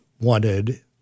wanted